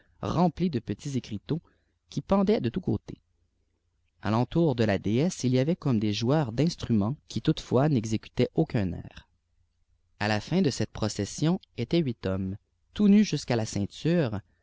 remplie de petits écriteaux qui pendaient de tous côtés a fentojur de la déesse il y avait comme des joueurs d'instruments qui toutefois n'exécutaient aucun air a la fin de cette procession étaient huit hommes tout nus jusqu'à la ceinture